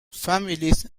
families